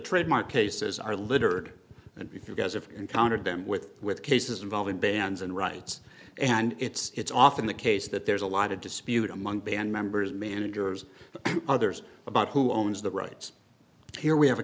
rademark cases are littered and if you guys if encountered them with with cases involving bands and rights and it's often the case that there's a lot of dispute among band members managers others about who owns the rights here we have a